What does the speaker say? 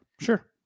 sure